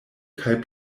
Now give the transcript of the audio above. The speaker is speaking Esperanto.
kaj